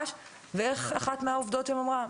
איך אחת מהעובדות שם אמרה?